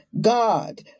God